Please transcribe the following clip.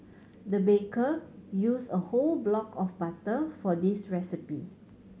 the baker used a whole block of butter for this recipe